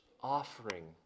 offering